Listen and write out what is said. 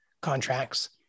contracts